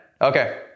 Okay